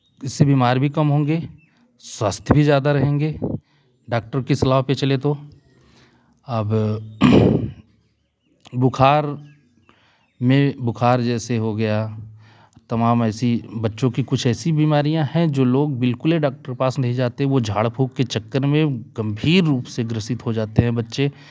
इससे बीमार भी कम होंगे स्वस्थ भी ज्यादा रहेंगे डॉक्टर की सलाह पे चले तो अब बुखार में बुखार जैसे हो गया तमाम ऐसी बच्चों की कुछ ऐसी बीमारियाँ हैं जो लोग बिल्कुल ही डॉक्टर के पास नहीं जाते वो झाड़फूँक के चक्कर में गंभीर रूप से ग्रसित हो जाते हैं बच्चे